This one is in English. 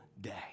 day